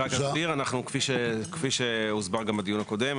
כפי שהסברנו גם בדיון הקודם,